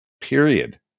period